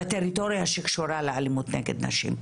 בטריטוריה שקשורה לאלימות נגד נשם.